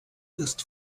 used